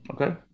Okay